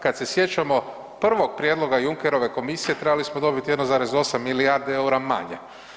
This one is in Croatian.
Kad se sjećamo prvog prijedloga Junckerove komisije, trebali smo dobiti 1,8 milijarde eura manje.